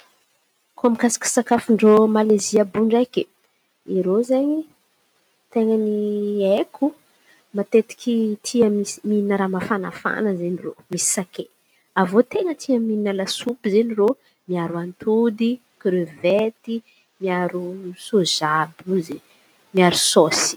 I koa mikasika sakafon-drô Malezia àby iô ndraiky. Irô izen̈y ten̈a ny aiko matetiky tia misy mihina raha mafanafana irô misy sakay. Avô tena tia mihina lasopy irô miaro antody, krevety, miaro sôza àby iô izen̈y miaro sôsy.